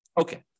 Okay